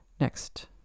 next